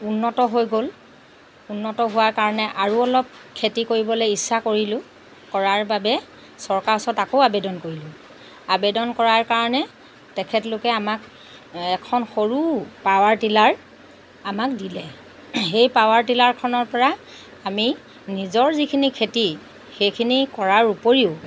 উন্নত হৈ গ'ল উন্নত হোৱাৰ কাৰণে আৰু অলপ খেতি কৰিবলৈ ইচ্ছা কৰিলোঁ কৰাৰ বাবে চৰকাৰৰ ওচৰত আকৌ আবেদন কৰিলোঁ আবেদন কৰাৰ কাৰণে তেখেতলোকে আমাক এখন সৰু পাৱাৰটিলাৰ আমাক দিলে সেই পাৱাৰটিলাৰখনৰ পৰা আমি নিজৰ যিখিনি খেতি সেইখিনি কৰাৰ উপৰিও